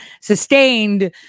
sustained